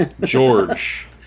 George